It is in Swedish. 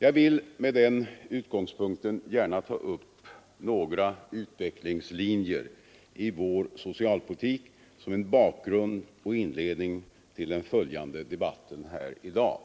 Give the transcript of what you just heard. Jag vill med den utgångspunkten gärna ta upp några utvecklingslinjer i vår socialpolitik som en bakgrund och inledning till den följande debatten här i dag.